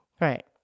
Right